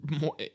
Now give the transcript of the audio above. more